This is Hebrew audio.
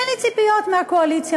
אין לי ציפיות מהקואליציה,